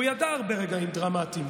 והוא ידע הרבה רגעים דרמטיים,